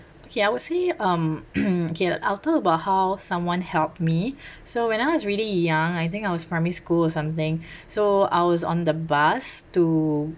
okay I would say um okay I will talk about how someone helped me so when I was really young I think I was primary school or something so I was on the bus to